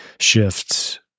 shifts